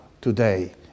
today